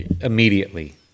immediately